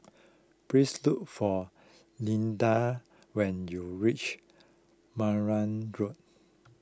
please look for Leandra when you reach Marang Road